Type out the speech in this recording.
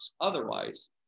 Otherwise